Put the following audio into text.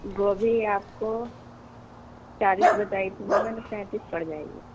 گوبھی آپ کو چالیس بتائی تھی نا میں نے پینتیس پڑ جائے گی